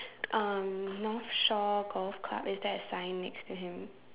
um North Shore Golf Club is there a sign next to him